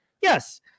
Yes